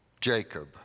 Jacob